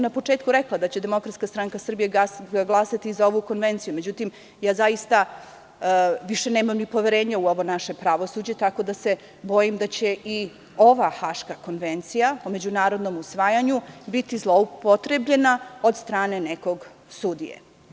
Na početku sam rekla da će Demokratska stranka Srbije glasati za ovu konvenciju, međutim zaista više nemam poverenja ni u ovo naše pravosuđe, tako da se bojim da će i ova Haška konvencija o međunarodnom usvajanju biti zloupotrebljena od strane nekog sudije.